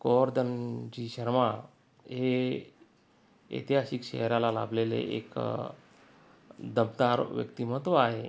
गोवर्धनजी शर्मा हे ऐतिहासिक शहराला लाभलेले एक दमदार व्यक्तिमत्त्व आहे